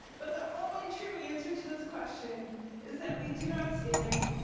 but the only true answer to this question is that we do not stand.